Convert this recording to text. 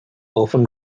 often